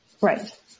Right